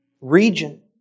region